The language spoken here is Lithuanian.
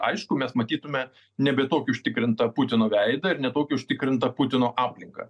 aišku mes matytume nebe tokį užtikrintą putino veidą ir ne tokią užtikrintą putino aplinką